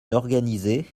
d’organiser